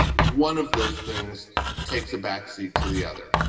one of those things takes a back seat to the other.